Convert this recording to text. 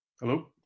Hello